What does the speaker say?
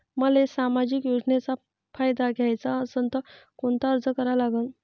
मले सामाजिक योजनेचा फायदा घ्याचा असन त कोनता अर्ज करा लागन?